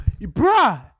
Bruh